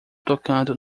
tocando